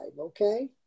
okay